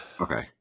okay